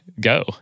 go